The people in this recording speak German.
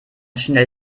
schnell